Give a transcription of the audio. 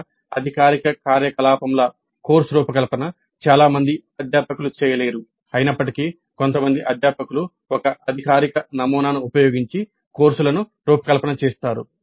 ఒక అధికారిక కార్యకలాపంగా కోర్సు రూపకల్పన చాలా మంది అధ్యాపకులు చేయలేరు అయినప్పటికీ కొంతమంది అధ్యాపకులు ఒక అధికారిక నమూనాను ఉపయోగించి కోర్సులను రూపకల్పన చేస్తారు